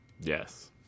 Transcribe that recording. Yes